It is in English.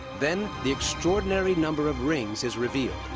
then, the extraordinary number of rings is revealed